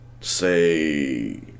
say